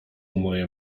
moje